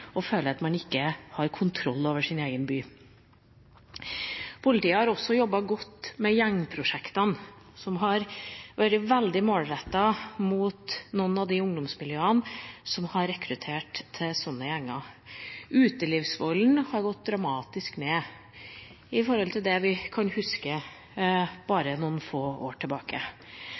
og som gjør at folk føler at man ikke har kontroll over deres egen by. Politiet har også jobbet godt med gjengprosjektene, som har vært veldig målrettet mot noen av de ungdomsmiljøene som har rekruttert til disse gjengene. Utelivsvolden har gått dramatisk ned sammenlignet med det vi kan huske